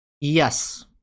Yes